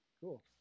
Cool